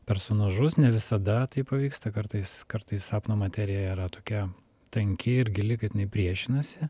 personažus ne visada tai pavyksta kartais kartais sapno materija yra tokia tanki ir gili kad jinai priešinasi